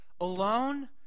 alone